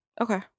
Okay